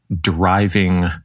driving